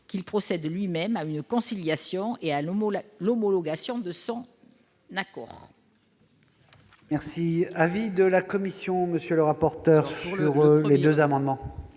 en procédant lui-même à une conciliation et à l'homologation de l'accord.